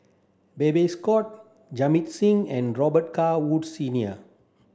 Babes Conde Jamit Singh and Robet Carr Woods Senior